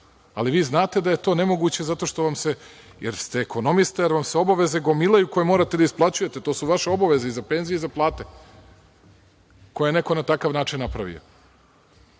ali vi znate da je to nemoguće, jer ste ekonomista, jer vam se obaveze gomilaju koje morate da isplaćujete, to su vaše obaveze i za penzije i za plate koje je neko na takav način napravio. Rekli